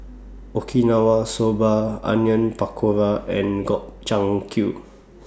Okinawa Soba Onion Pakora and Gobchang Q